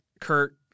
Kurt